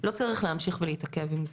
לא צריך להמשיך ולהתעכב עם זה.